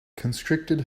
constricted